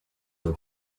were